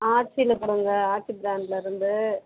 ஆச்சியில் கொடுங்க ஆச்சி ப்ராண்ட்டில் இருந்து